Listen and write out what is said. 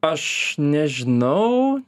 aš nežinau